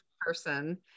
person